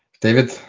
David